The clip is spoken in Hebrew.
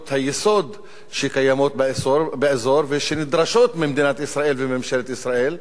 היסוד שקיימות באזור ושנדרשות ממדינת ישראל וממשלת ישראל,